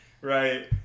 right